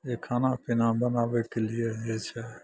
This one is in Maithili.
जे खाना पिना बनाबैके लिए जे छै